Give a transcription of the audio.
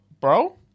bro